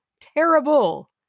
terrible